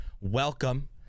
welcome